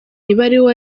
ibaruwa